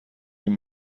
این